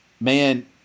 man